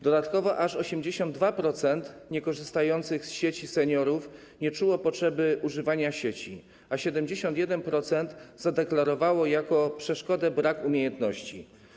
Dodatkowo aż 80% niekorzystających z sieci seniorów nie czuło potrzeby używania sieci, a 71% zadeklarowało jako przeszkodę brak umiejętności.